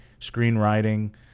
screenwriting